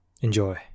enjoy